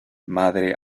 madre